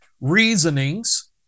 reasonings